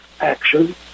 action